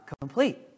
complete